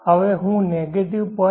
હવે હું નેગેટીવ 0